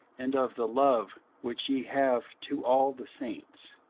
and of the love which ye have to all the saints,